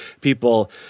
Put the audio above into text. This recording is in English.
people